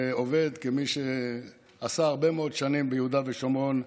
כמי שעשה הרבה מאוד שנים ביהודה ושומרון,